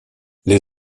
les